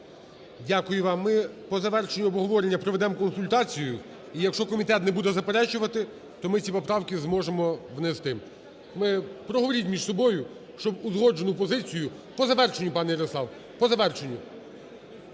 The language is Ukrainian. Дякую вам. Ми по завершенню обговорення проведемо консультацію. І якщо комітет не буде заперечувати, то ми ці поправки зможемо внести. Проговоріть між собою, щоб узгоджену позицію… По завершенню, пане Ярославе, по завершенню.